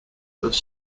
was